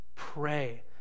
pray